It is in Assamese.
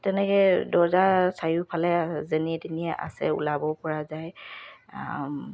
তেনেকে দৰ্জা চাৰিওফালে যেনিয়ে তেনে আছে ওলাব পৰা যায়